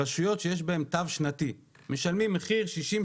רשויות שיש בהן תו שנתי משלמים מחיר 60,